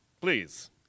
Please